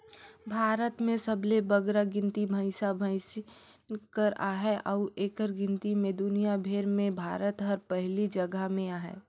भारत में सबले बगरा गिनती भंइसा भंइस कर अहे अउ एकर गिनती में दुनियां भेर में भारत हर पहिल जगहा में अहे